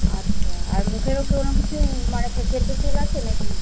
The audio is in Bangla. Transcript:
আচ্ছা আর মুখেরও কোনো কিছু মানে ফেসিয়াল টেসিয়াল আছে না কি